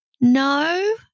no